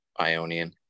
Ionian